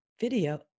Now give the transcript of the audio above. video